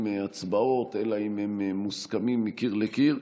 הצבעות אלא אם כן הם מוסכמים מקיר לקיר.